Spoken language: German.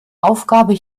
aufgabe